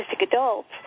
adults